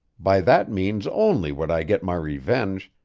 by that means only would i get my revenge,